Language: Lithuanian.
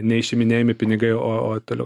neišiminėjami pinigai o o toliau